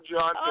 John